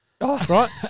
Right